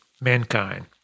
mankind